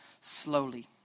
slowly